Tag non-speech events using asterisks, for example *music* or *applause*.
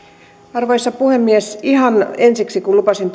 arvoisa puhemies ihan ensiksi kun lupasin *unintelligible*